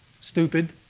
stupid